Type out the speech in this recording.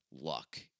luck